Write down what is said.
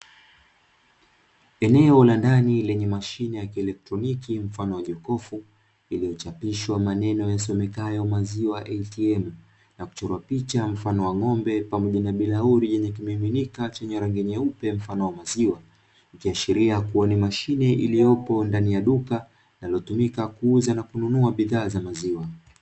Eneo la ndani lenye mashine ya kielektroniki mfano wa jokofu iliyochapishwa maneno yasomekayo "Maziwa ATM" nakuchorwa picha mfano wa ng`ombe pamoja na birauli yenye kimiminika chenye rangi ya nyeupe mfano wa mazima, ikiashiria kuwa ni mashine iliyopo ndani ya duka na inatumika kuuza na kununua bidhaa ya maziwa.